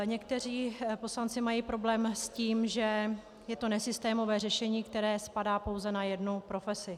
Někteří poslanci mají problém s tím, že je to nesystémové řešení, které spadá pouze na jednu profesi.